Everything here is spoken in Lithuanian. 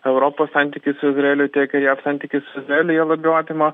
europos santykis su izraeliu tiek ir jav santykis su izraeliu jie labiau apima